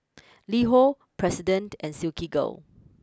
LiHo President and Silkygirl